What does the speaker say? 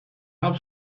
have